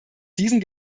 diesen